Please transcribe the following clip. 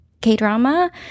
K-drama